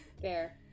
Fair